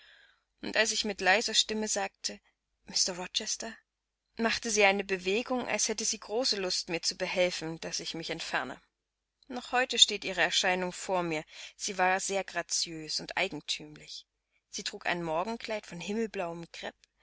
und als ich mit leiser stimme sagte mr rochester machte sie eine bewegung als hätte sie große lust mir zu befehlen daß ich mich entferne noch heute steht ihre erscheinung vor mir sie war sehr graziös und eigentümlich sie trug ein morgenkleid von